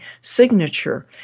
signature